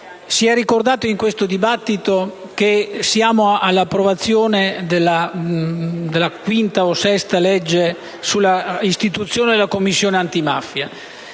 si è ricordato in questo dibattito che siamo all'approvazione della sesta legge sulla introduzione della Commissione antimafia.